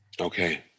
okay